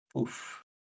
Oof